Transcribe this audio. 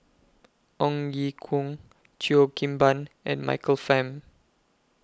Ong Ye Kung Cheo Kim Ban and Michael Fam